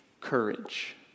courage